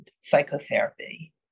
psychotherapy